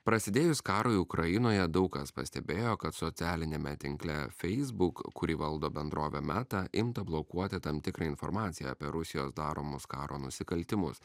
prasidėjus karui ukrainoje daug kas pastebėjo kad socialiniame tinkle feisbuk kurį valdo bendrovė meta imta blokuoti tam tikrą informaciją apie rusijos daromus karo nusikaltimus